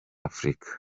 afurika